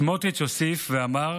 סמוטריץ' הוסיף ואמר